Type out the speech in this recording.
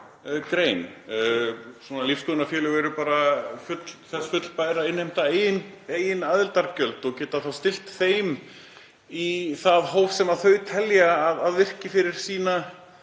grein. Lífsskoðunarfélög eru fullfær um að innheimta eigin aðildargjöld og geta þá stillt þeim í það hóf sem þau telja að virki fyrir sína